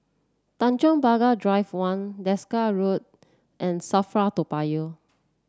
Tanjong Pagar Drive One Desker Road and Safra Toa Payoh